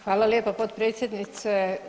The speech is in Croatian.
Hvala lijepa potpredsjednice.